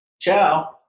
Ciao